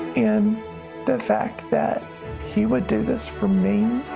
and the fact that he would do this for me,